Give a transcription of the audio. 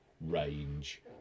range